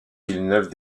villeneuve